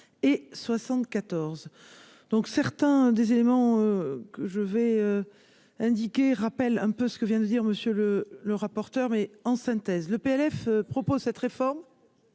et 74, donc certains des éléments que je vais indiquer rappelle un peu ce que vient de dire monsieur le le rapporteur en synthèse le PLF propose cette réforme à